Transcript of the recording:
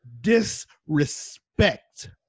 disrespect